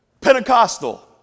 Pentecostal